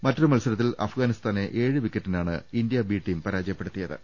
മറ്റൊരു മത്സരത്തിൽ അഫ്ഗാനിസ്ഥാനെ ഏഴ് വിക്കറ്റിനാണ് ഇന്ത്യ ബി ടീം പരാജയപ്പെടുത്തിയത്